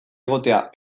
egotea